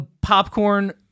popcorn